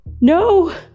No